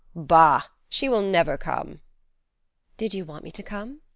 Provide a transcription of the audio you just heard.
bah! she will never come did you want me to come?